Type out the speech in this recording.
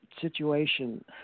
situation